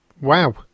wow